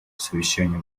совещание